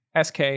SK